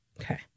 Okay